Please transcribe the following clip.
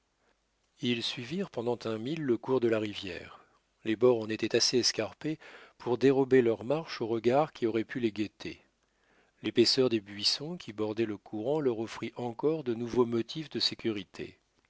ils suivirent pendant un mille le cours de la rivière les bords en étaient assez escarpés pour dérober leur marche aux regards qui auraient pu les guetter l'épaisseur des buissons qui bordaient le courant leur offrit encore de nouveaux motifs de sécurité